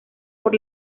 por